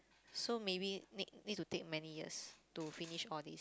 so maybe need need to take many years to finish all the